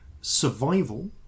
survival